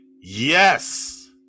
yes